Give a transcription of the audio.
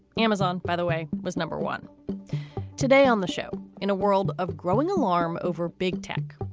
amazon, by the way, was number one today on the show. in a world of growing alarm over big tech,